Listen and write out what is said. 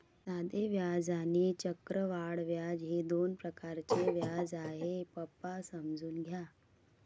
साधे व्याज आणि चक्रवाढ व्याज हे दोन प्रकारचे व्याज आहे, पप्पा समजून घ्या